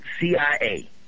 CIA